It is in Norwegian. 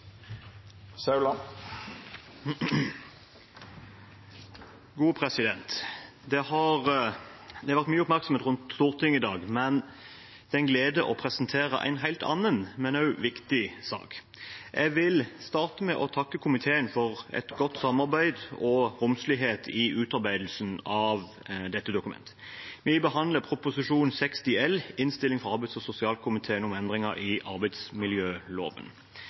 Det har vært mye oppmerksomhet rundt Stortinget i dag, men det er en glede å presentere en helt annen, men også viktig sak. Jeg vil starte med å takke komiteen for et godt samarbeid og romslighet i utarbeidelsen av dette dokumentet. Vi behandler Innst. 293 L for 2019–2020, Innstilling fra arbeids- og sosialkomiteen om Endringer i